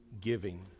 giving